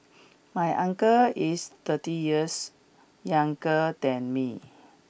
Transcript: my uncle is thirty years younger than me